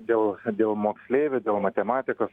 dėl dėl moksleivių dėl matematikos